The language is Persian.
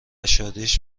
شادیش